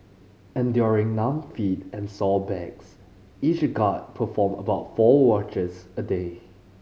enduring numb feet and sore backs each guard perform about four watches a day